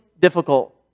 difficult